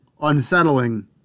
unsettling